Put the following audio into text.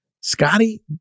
Scotty